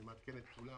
אני מעדכן את כולם